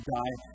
die